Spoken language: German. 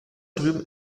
drüben